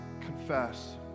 confess